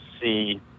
see